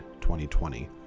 2020